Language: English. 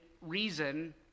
reason